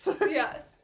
Yes